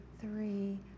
three